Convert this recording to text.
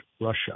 Russia